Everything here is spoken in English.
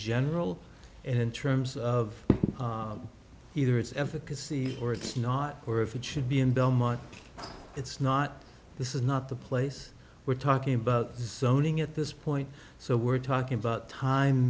general in terms of either it's efficacy or it's not or if it should be in belmont it's not this is not the place we're talking about zoning at this point so we're talking about time